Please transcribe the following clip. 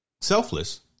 selfless